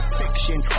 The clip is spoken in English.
fiction